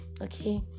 okay